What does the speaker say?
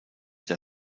der